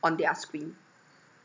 on their screen